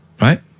Right